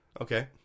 Okay